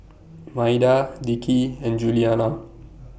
Maida Dickie and Juliana